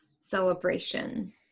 celebration